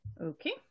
Okay